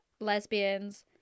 lesbians